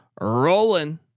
rolling